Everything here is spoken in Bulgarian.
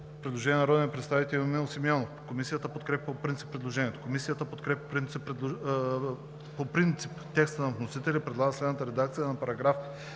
Предложение на народния представител Емил Симеонов. Комисията подкрепя по принцип предложението. Комисията подкрепя по принцип текста на вносителя п предлага следната редакция на §